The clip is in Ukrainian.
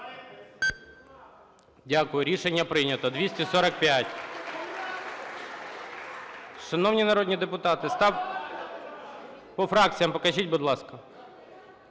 Дякую. Рішення прийнято. 245. Шановні народні депутати… (Шум у залі) По фракціям покажіть, будь ласка.